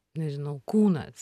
nežinau kūnas